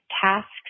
tasks